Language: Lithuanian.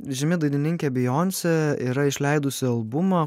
žymi dainininkė bijoncė yra išleidusi albumą